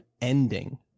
ending